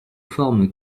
forme